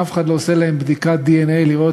אף אחד לא עושה להם בדיקת דנ"א לראות